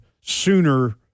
sooner